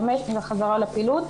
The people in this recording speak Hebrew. לפעילות,